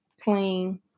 clean